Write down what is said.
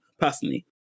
personally